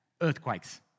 Earthquakes